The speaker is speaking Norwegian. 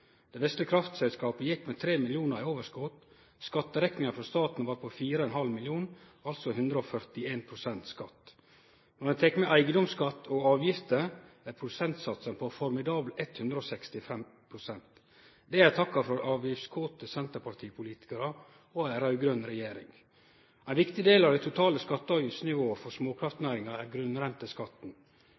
Det vesle kraftselskapet gjekk med 3 mill. kr i overskot. Skatterekninga frå staten var på 4,5 mill. kr – altså 141 pst. skatt. Når ein tek med eigedomsskatt og avgifter, er prosentsatsen på formidable 165. Det er takka frå avgiftskåte senterpartipolitikarar og ei raud-grøn regjering. Ein viktig del av det totale skatte- og avgiftsnivået for småkraftnæringa er grunnrenteskatten.